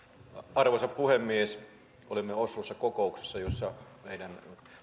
arvoisa puhemies olimme oslossa kokouksessa jossa meidän